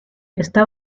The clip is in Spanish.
está